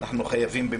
אנחנו חייבים,